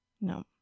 No